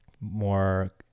more